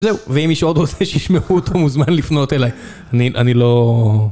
זהו, ואם מישהו עוד רוצה שישמעו אותו מוזמן לפנות אליי, אני לא...